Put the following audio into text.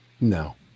No